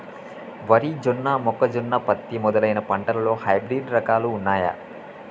వరి జొన్న మొక్కజొన్న పత్తి మొదలైన పంటలలో హైబ్రిడ్ రకాలు ఉన్నయా?